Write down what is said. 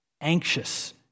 anxious